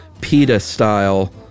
PETA-style